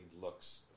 looks